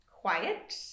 quiet